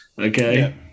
okay